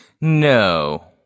no